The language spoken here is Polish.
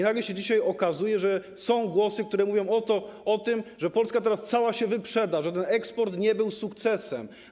Nagle dzisiaj okazuje się, że są głosy, które mówią o tym, że Polska teraz cała się wyprzeda, że ten eksport nie był sukcesem.